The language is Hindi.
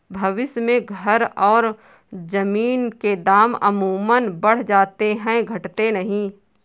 भविष्य में घर और जमीन के दाम अमूमन बढ़ जाते हैं घटते नहीं